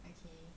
okay